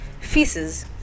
feces